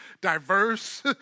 diverse